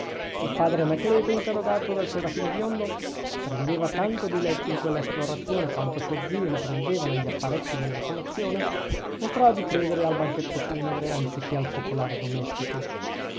il padre anacleto interrogato dal serafino biondo che prendeva tanto diletto in quella esplorazione quanto suo zio ne prendeva negli apparecchi della colazione mostrò di credere al banchetto funebre anzichè al focolare domestico